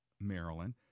Maryland